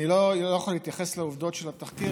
אני לא יכול להתייחס לעובדות של התחקיר